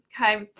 Okay